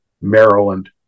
Maryland